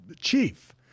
chief